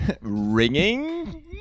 Ringing